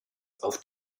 auf